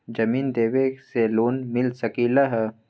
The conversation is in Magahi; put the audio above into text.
जमीन देवे से लोन मिल सकलइ ह?